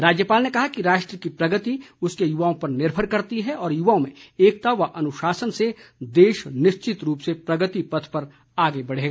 राज्यपाल ने कहा कि राष्ट्र की प्रगति उसके युवाओं पर निर्भर करती है और युवाओं में एकता व अनुशासन से देश निश्चित रूप से प्रगति पथ पर आगे बढ़ेगा